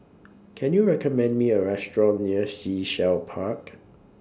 Can YOU recommend Me A Restaurant near Sea Shell Park